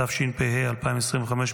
התשפ"ה 2025,